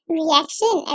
reaction